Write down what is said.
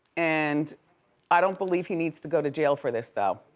and i don't believe he needs to go to jail for this though.